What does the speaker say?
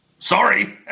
Sorry